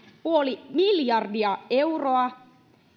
puoli miljardia euroa